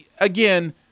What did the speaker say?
again